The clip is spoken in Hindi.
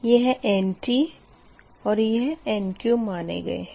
यह Nt और यह Nq माने गए है